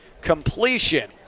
completion